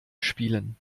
spielen